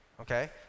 okay